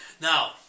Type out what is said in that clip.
Now